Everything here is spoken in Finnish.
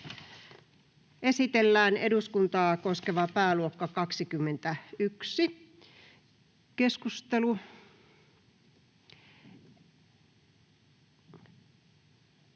Esitellään eduskuntaa koskeva pääluokka 21. — Sitten